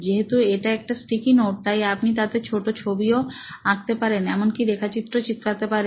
যেহেতু এটা একটা স্টিকি নোট তাই আপনি টাতেছোট ছবিও আঁকতে পারেন এমনকি রেখাচিত্র চিপকাতে পারেন